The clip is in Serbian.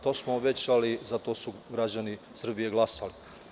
To smo obećali, zato su građani Srbije glasali.